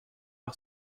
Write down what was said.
par